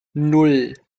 nan